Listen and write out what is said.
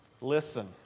Listen